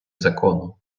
закону